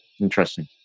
Interesting